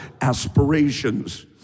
aspirations